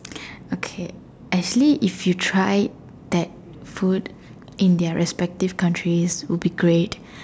okay actually if you try that food in their respective countries would be great